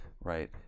right